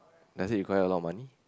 does it require a lot of money